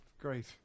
Great